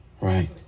Right